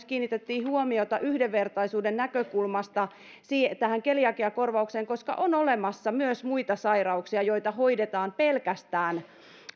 kiinnitettiin huomiota myös yhdenvertaisuuden näkökulmasta tähän keliakiakorvaukseen koska on olemassa myös muita sairauksia joita hoidetaan pelkästään